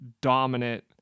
dominant